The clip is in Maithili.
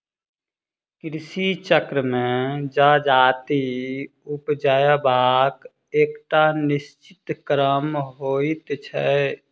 कृषि चक्र मे जजाति उपजयबाक एकटा निश्चित क्रम होइत छै